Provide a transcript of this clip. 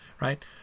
right